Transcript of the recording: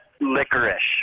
licorice